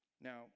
Now